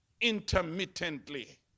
intermittently